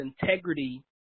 integrity